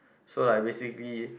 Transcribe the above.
so like basically